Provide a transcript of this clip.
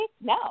No